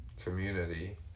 community